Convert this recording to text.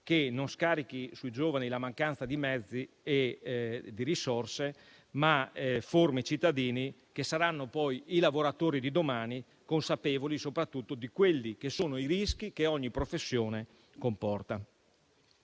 che non scarichi sui giovani la mancanza di mezzi e di risorse, ma formi cittadini che saranno poi i lavoratori di domani, consapevoli soprattutto di quelli che sono i rischi che ogni professione comporta.